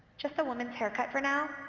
just a women's haircut, for now.